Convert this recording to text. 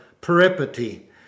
peripety